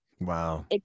Wow